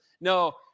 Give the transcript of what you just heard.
No